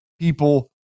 people